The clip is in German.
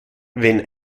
wenn